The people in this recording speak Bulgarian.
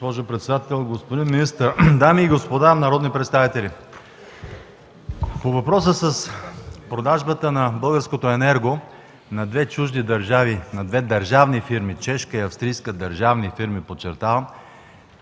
дами и господа народни представители! По въпроса с продажбата на българското „Енерго” на две чужди държави, на две държавни фирми – чешка и австрийска държавни фирми, подчертавам,